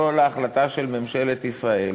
או להחלטה של ממשלת ישראל,